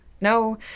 No